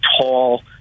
tall